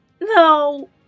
No